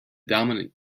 dominant